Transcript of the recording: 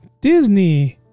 Disney